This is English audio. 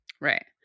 Right